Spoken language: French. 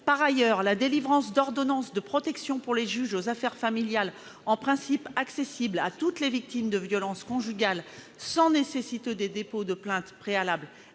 Par ailleurs, la délivrance d'ordonnances de protection par les juges aux affaires familiales, en principe accessibles à toutes les victimes de violences conjugales sans nécessité de dépôt de plainte préalable,